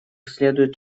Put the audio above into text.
следует